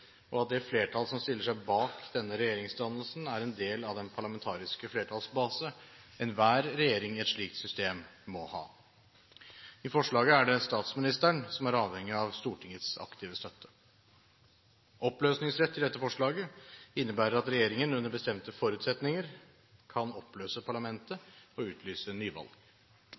og at det flertall som stiller seg bak denne regjeringsdannelsen, er en del av den parlamentariske flertallsbase enhver regjering i et slikt system må ha. I forslaget tar man til ordet for at det er statsministeren som er avhengig av Stortingets aktive støtte. Oppløsningsrett i dette forslaget innebærer at regjeringen under bestemte forutsetninger kan oppløse parlamentet og utlyse nyvalg.